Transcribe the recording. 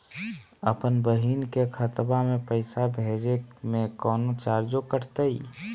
अपन बहिन के खतवा में पैसा भेजे में कौनो चार्जो कटतई?